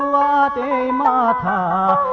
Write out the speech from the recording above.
ah da da um ah da